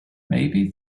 maybe